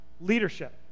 leadership